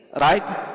right